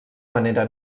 manera